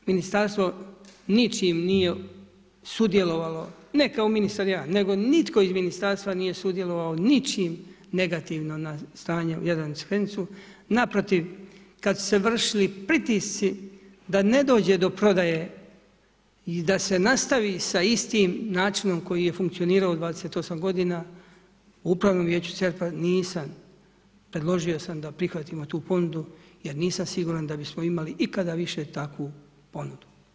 Ministarstvo ničim nije sudjelovalo, ne kao ministar ja, nego nitko iz ministarstva nije sudjelovao ničim negativno na stanje Jadran Crikvenicu, naprotiv, kad su se vršili pritisci da ne dođe do prodaje i da se nastavi sa istim načinom koji je funkcionirao u 28 godina, u upravnom vijeću … nisam, predložio sam da prihvatimo tu ponudu jer nisam siguran da bismo imali ikada više takvu ponudu.